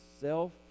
self